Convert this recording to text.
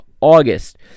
August